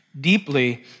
deeply